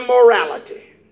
immorality